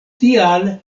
tial